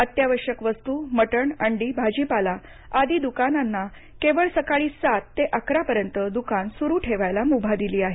अत्यावश्यक वस्तू मटण अंडी भाजीपाला आदी द्कानांना केवळ सकाळी सात ते अकरा पर्यंत दुकान सुरू ठेवायला मुभा दिली आहे